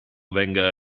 venga